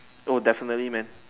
oh definitely man